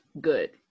good